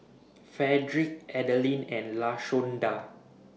Fredrick Adalyn and Lashonda